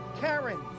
Karen